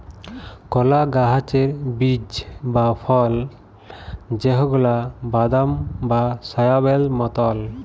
কলা গাহাচের বীজ বা ফল যেগলা বাদাম বা সয়াবেল মতল